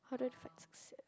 how do I define success